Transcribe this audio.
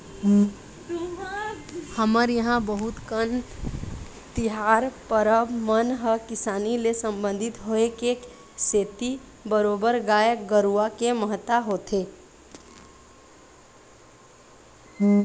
हमर इहाँ बहुत कन तिहार परब मन ह किसानी ले संबंधित होय के सेती बरोबर गाय गरुवा के महत्ता होथे